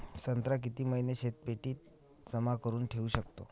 संत्रा किती महिने शीतपेटीत जमा करुन ठेऊ शकतो?